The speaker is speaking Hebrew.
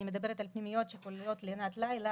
אני מדברת על פנימיות שכוללות לינת לילה,